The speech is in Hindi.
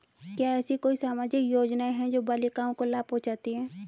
क्या ऐसी कोई सामाजिक योजनाएँ हैं जो बालिकाओं को लाभ पहुँचाती हैं?